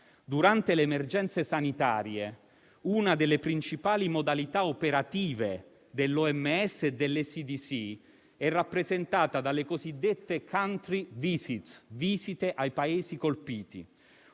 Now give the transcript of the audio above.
durante le emergenze sanitarie, una delle principali modalità operative dell'OMS e dell'ECDC è rappresentata dalle cosiddette *country visit* (visite ai Paesi colpiti).